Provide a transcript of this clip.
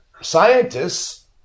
scientists